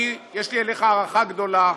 אני, יש לי אליך הערכה גדולה.